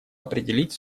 определить